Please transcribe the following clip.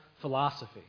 Philosophy